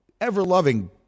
ever-loving